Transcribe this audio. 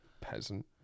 peasant